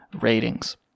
ratings